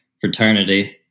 fraternity